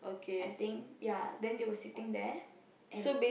I think ya then they were sitting there and